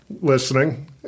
Listening